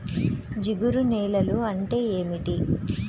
జిగురు నేలలు అంటే ఏమిటీ?